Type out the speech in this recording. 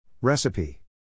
Recipe